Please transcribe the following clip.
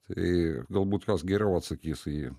tai galbūt kas geriau atsakys į jį